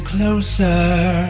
closer